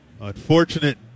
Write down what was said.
Unfortunate